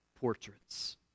portraits